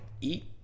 eat